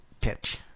pitch